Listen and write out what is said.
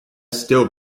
still